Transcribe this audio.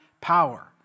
power